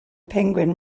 penguin